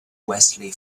wesley